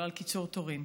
ולא על קיצור תורים,